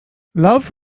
love